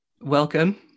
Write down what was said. welcome